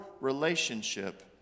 relationship